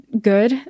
good